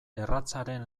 erratzaren